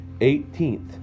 18th